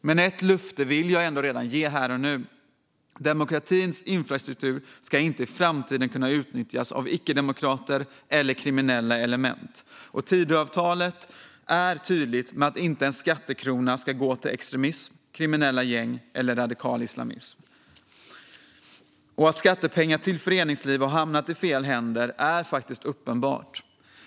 Men ett löfte vill jag ge här och nu: Demokratins infrastruktur ska inte i framtiden kunna utnyttjas av icke-demokrater eller kriminella element. Tidöavtalet är tydligt när det gäller att inte en enda skattekrona ska gå till extremism, kriminella gäng eller radikal islamism. Att skattepengar till föreningsliv har hamnat i fel händer är uppenbart.